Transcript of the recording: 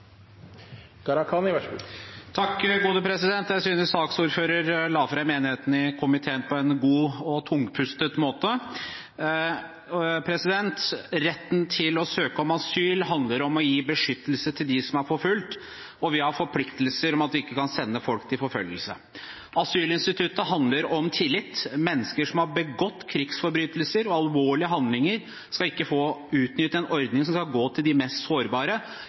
god måte. Retten til å søke asyl handler om å gi beskyttelse til dem som er forfulgt, og vi har forpliktelser som gjør at vi ikke kan sende folk til forfølgelse. Asylinstituttet handler om tillit. Mennesker som har begått krigsforbrytelser og alvorlige handlinger, skal ikke få utnytte en ordning som skal omfatte de mest sårbare: